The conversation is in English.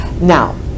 Now